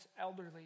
elderly